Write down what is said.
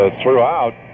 throughout